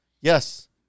Yes